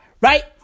right